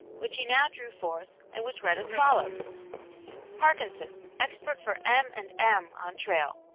which he now drew forth, and which read as follows parkinson, expert for m. and m. on trail.